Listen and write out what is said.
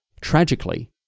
tragically